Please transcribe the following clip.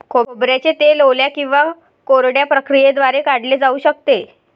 खोबऱ्याचे तेल ओल्या किंवा कोरड्या प्रक्रियेद्वारे काढले जाऊ शकते